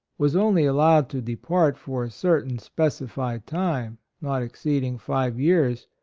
was only allowed to depart for a certain specified time, not exceed ing five years,